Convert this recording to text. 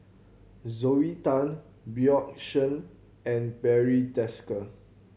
Zoe Tay Bjorn Shen and Barry Desker